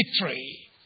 victory